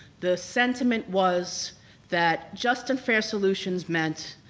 the sentiment was that just and fair solutions meant,